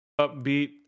upbeat